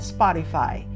Spotify